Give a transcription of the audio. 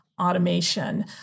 automation